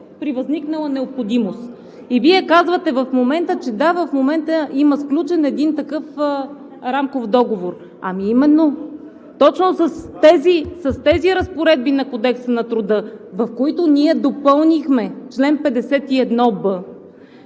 при възникнала необходимост. Вие казвате в момента, че да, в момента има сключен един такъв рамков договор. Ами именно! Точно с тези разпоредби на Кодекса на труда, в които ние допълнихме чл. 51б,